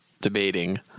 debating